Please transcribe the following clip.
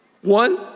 One